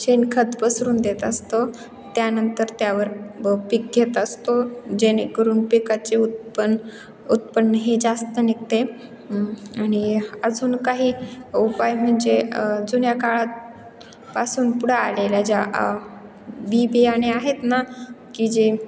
शेणखत पसरून देत असतो त्यानंतर त्यावर व पीक घेत असतो जेणेकरून पिकाचे उत्पन्न उत्पन्न हे जास्त निघते आणि अजून काही उपाय म्हणजे जुन्या काळातपासून पुढं आलेल्या ज्या बी बियाणे आहेत ना की जे